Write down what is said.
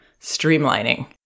streamlining